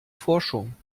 forschung